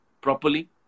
properly